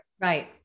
Right